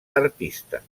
artista